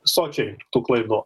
sočiai tų klaidų